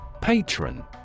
Patron